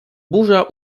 burza